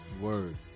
word